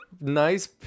nice